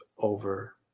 over